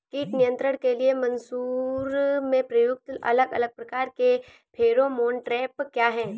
कीट नियंत्रण के लिए मसूर में प्रयुक्त अलग अलग प्रकार के फेरोमोन ट्रैप क्या है?